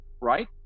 right